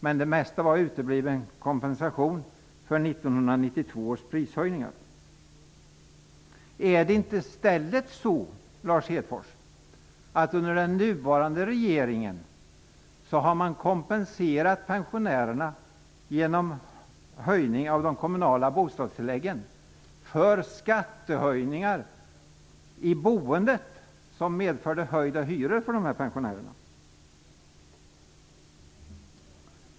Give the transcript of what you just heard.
Men det mesta var utebliven kompensation för 1992 års prishöjningar. Är det inte i stället så att man under den nuvarande regeringen har kompenserat pensionärerna -- genom höjning av de kommunala bostadstilläggen -- för skattehöjningar i boendet, som medförde höjda hyror?